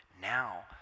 now